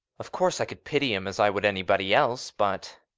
of course i can pity him, as i would anybody else but